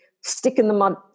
stick-in-the-mud